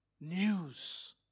news